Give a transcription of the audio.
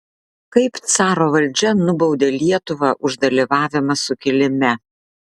kaip caro valdžia nubaudė lietuvą už dalyvavimą sukilime